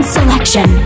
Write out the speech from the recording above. Selection